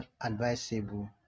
advisable